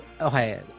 okay